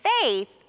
faith